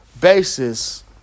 basis